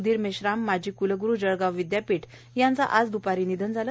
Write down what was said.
स्धिर मेश्राम माजी क्लग्रु जळगाव विद्यापीठ यांचे आज दुपारी निधन झाले